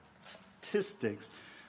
statistics